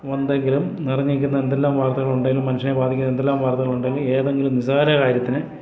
ഉണ്ടെങ്കിലും നിറഞ്ഞിരിക്കുന്ന എന്തെല്ലാം വാർത്തകളുണ്ടെങ്കിലും മനുഷ്യനെ ബാധിക്കുന്ന എന്തെല്ലാം വർത്തകളുണ്ടെങ്കിൽ ഏതെങ്കിലും നിസ്സാര കാര്യത്തിന്